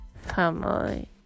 family